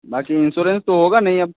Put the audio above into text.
बाकी इंश्योरेंस तो होगा नहीं अब